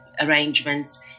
arrangements